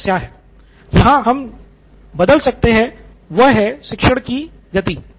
यहाँ जो हम बदल सकते हैं वह है शिक्षण की गति है